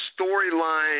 storyline